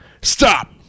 stop